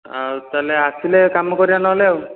ଆଉ ତା'ହେଲେ ଆସିଲେ କାମ କରିବା ନହେଲେ ଆଉ